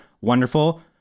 wonderful